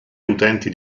utenti